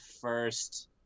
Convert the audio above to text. first